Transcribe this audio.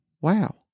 Wow